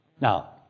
Now